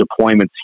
deployments